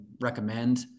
recommend